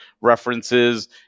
references